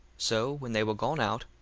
so when they were gone out,